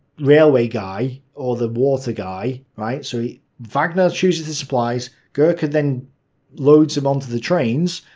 railway guy or the water guy, right? so yeah wagner chooses the supplies, gercke then loads them onto the trains.